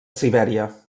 sibèria